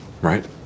right